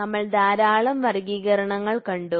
നമ്മൾ ധാരാളം വർഗ്ഗീകരണങ്ങൾ കണ്ടു